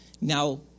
Now